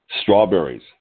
Strawberries